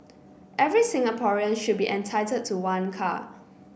every Singaporean should be entitled to one car